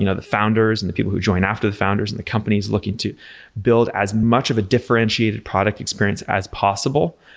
you know the founders and the people who join after the founders and the companies looking to build as much of a differentiated product experience as possible.